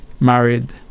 married